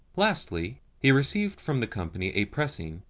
lastly, he received from the company a pressing,